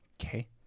Okay